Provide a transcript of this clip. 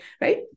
right